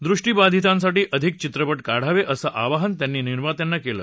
दृष्टी बाधितांसाठी अधिक चित्रपट काढावे असं आवाहन त्यांनी निर्मात्यांना केलं